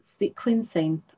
sequencing